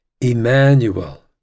Emmanuel